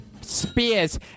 spears